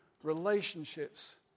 relationships